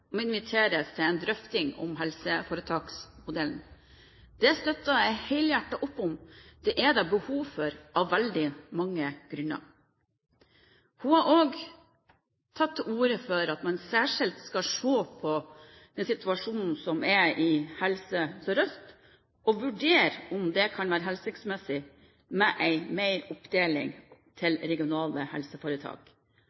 inviteres til en drøfting av helseforetaksmodellen. Det støtter jeg helhjertet opp om. Det er det behov for av veldig mange grunner. Hun har også tatt til orde for at man særskilt skal se på den situasjonen som er i Helse Sør-Øst, og vurdere om det kan være hensiktsmessig med